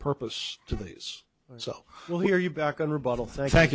purpose to these so we'll hear you back on the bottle thank